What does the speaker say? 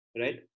Right